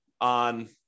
on